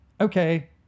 okay